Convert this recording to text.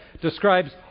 describes